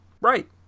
Right